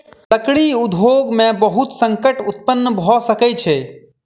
लकड़ी उद्योग में बहुत संकट उत्पन्न भअ सकै छै